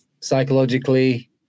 psychologically